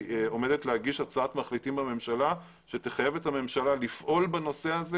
עומדת להגיש הצעת מחליטים בממשלה שתחייב את הממשלה לפעול בנושא הזה